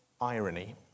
irony